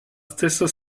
stessa